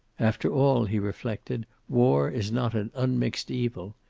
after all, he reflected, war is not an unmixed evil,